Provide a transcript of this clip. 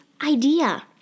idea